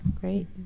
Great